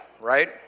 right